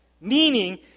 Meaning